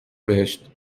بهشت